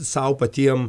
sau patiem